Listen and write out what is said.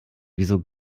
wieso